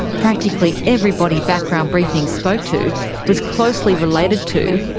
practically everybody background briefing spoke to was closely related to,